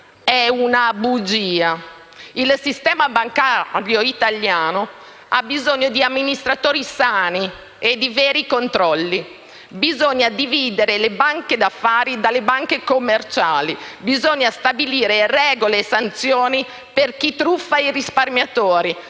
È una bugia. Il sistema bancario italiano ha bisogno di amministratori sani e di veri controlli. Bisogna dividere le banche d'affari dalle banche commerciali. Bisogna stabilire regole e sanzioni per chi truffa i risparmiatori,